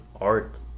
art